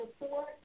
support